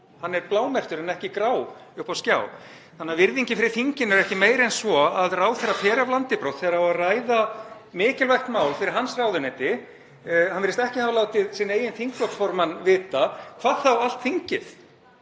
hann er blámerktur en ekki grámerktur uppi á skjá. Þannig að virðingin fyrir þinginu er ekki meiri en svo að ráðherra fer af landi brott þegar á að ræða mikilvægt mál fyrir hans ráðuneyti og virðist ekki hafa látið sinn eigin þingflokksformann vita, hvað þá allt þingið.